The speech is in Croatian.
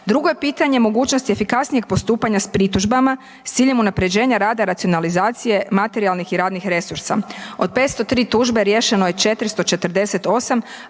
Drugo je pitanje mogućnost efikasnijeg postupanja s pritužbama s ciljem unapređenja rada, racionalizacije, materijalnih i radnih resursa, od 503 tužbe riješeno je 448,